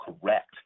correct